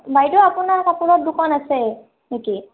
বাইদেউ আপোনাৰ কাপোৰৰ দোকান আছে নেকি